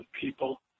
people